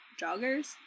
joggers